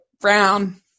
brown